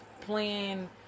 playing